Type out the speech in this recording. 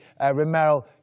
Romero